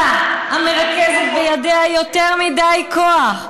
בממשלה, המרכזת בידיה יותר מדי כוח.